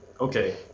okay